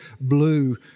blue